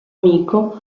amico